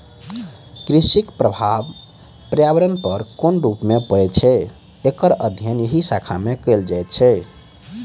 कृषिक प्रभाव पर्यावरण पर कोन रूप मे पड़ैत छै, एकर अध्ययन एहि शाखा मे कयल जाइत छै